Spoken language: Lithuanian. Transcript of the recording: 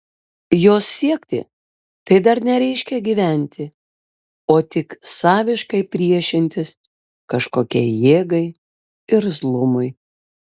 jos siekti tai dar nereiškia gyventi o tik saviškai priešintis kažkokiai jėgai irzlumui